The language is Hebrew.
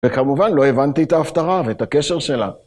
וכמובן לא הבנתי את ההפטרה ואת הקשר שלה.